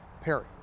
Perry